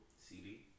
CD